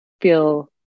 feel